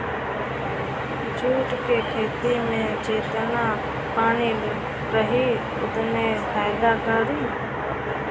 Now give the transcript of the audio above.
jute के खेती में जेतना पानी रही ओतने फायदा करी